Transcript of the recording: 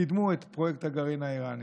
קידמו את פרויקט הגרעין האיראני.